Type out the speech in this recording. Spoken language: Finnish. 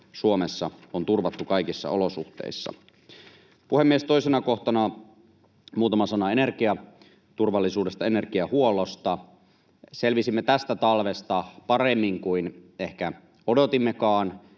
Suomessa on turvattu kaikissa olosuhteissa. Puhemies! Toisena kohtana muutama sana energiaturvallisuudesta ja energiahuollosta: Selvisimme tästä talvesta paremmin kuin ehkä odotimmekaan.